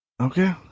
Okay